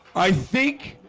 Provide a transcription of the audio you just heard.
i think